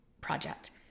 project